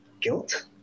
guilt